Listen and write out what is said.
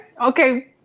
okay